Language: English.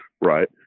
right